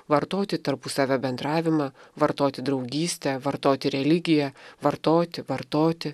vartoti tarpusavio bendravimą vartoti draugystę vartoti religiją vartoti vartoti